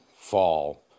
fall